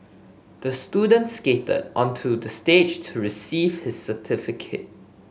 the student skated onto the stage to receive his certificate